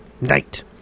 Night